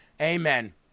Amen